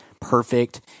perfect